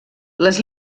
les